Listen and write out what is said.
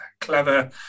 clever